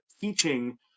teaching